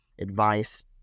advice